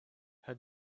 her